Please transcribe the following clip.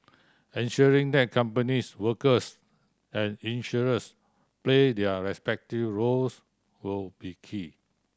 ensuring that companies workers and insurers play their respective roles will be key